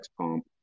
pump